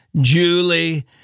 Julie